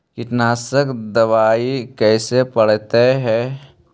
कीटनाशक दबाइ कैसे पड़तै है?